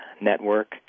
network